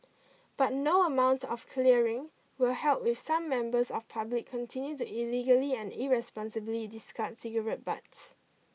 but no amount of clearing will help if some members of public continue to illegally and irresponsibly discard cigarette butts